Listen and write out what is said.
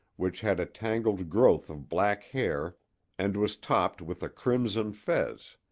which had a tangled growth of black hair and was topped with a crimson fez.